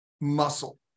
muscle